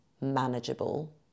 manageable